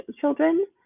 children